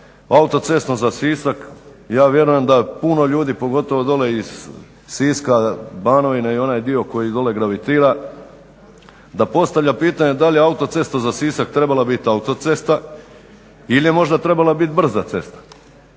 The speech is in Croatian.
autocestom za Sisak. Ja vjerujem da puno ljudi pogotovo dolje iz Siska i Banovine i onaj dio koji dole gravitira da postavlja pitanje da li je autocesta za Sisak trebala bit autocesta ili je možda trebala bit brza cesta.